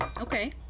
okay